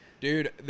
Dude